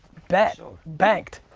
bet. banked.